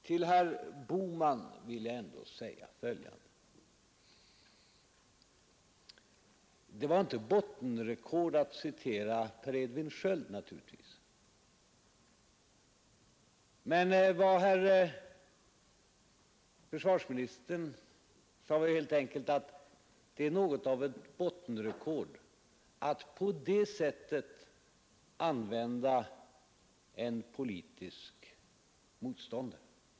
Till herr Bohman vill jag säga följande: Det var naturligtvis inte bottenrekord att citera Per Edvin Sköld. Vad herr försvarsministern menade var att det är något av ett bottenrekord att på det sättet använda en politisk motståndare.